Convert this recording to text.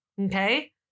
Okay